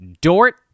Dort